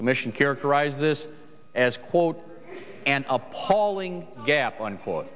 commission characterize this as quote an appalling gap on for